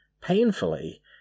Painfully